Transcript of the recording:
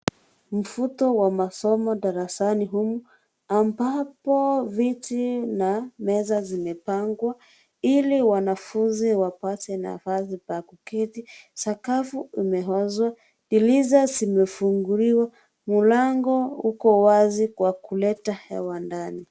Mvuto wa masomo darasani humu ambapo viti na meza zimepangwa ili wanafunzi wapate nafasi za kuketi. Sakafu imeoshwa, dirisha zimefunguliwa ,mlango uko wazi Kwa kuleta hewa ndani.